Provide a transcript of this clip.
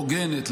הוגנת,